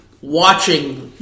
watching